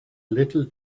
little